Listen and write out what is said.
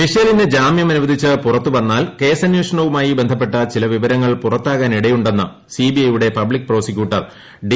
മിഷേലിന് ജാമ്യം അനുവദിച്ച് പുറത്ത് വന്നാൽ കേസന്വേഷണവുമായി ബന്ധപ്പെട്ട ചില വിവരങ്ങൾ പുറത്താകാൻ ഇടയുണ്ടെന്ന് സിബിഐയുടെ പബ്ലിക് പ്രോസിക്യൂട്ടർ ഡി